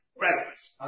breakfast